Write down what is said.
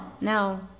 no